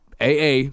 AA